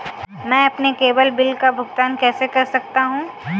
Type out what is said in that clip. मैं अपने केवल बिल का भुगतान कैसे कर सकता हूँ?